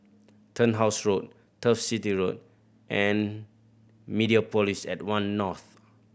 Turnhouse Road Turf City Road and Mediapolis at One North